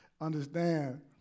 understand